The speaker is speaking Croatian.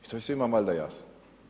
I to je svima valjda jasno.